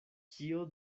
kio